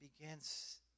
begins